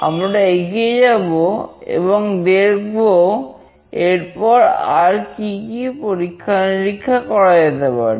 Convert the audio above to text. আমরা এগিয়ে যাব এবং দেখব এরপর আর কি কি পরীক্ষা নিরীক্ষা করা যেতে পারে